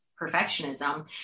perfectionism